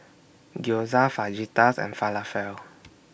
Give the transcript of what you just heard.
Gyoza Fajitas and Falafel